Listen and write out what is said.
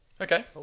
Okay